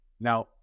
Now